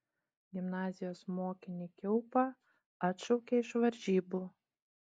gimnazijos mokinį kiaupą atšaukė iš varžybų